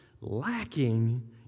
lacking